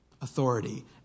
Authority